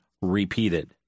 repeated